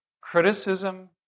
criticism